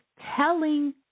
telling